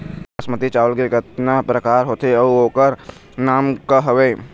बासमती चावल के कतना प्रकार होथे अउ ओकर नाम क हवे?